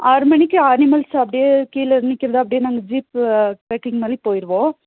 ஆறு மணிக்கு அனிமல்ஸ் அப்படியே கீழு நிற்கிறது அப்படியே நாங்கள் ஜீப்பு பேக்கிங் மாதிரி போயிடுவோம்